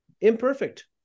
Imperfect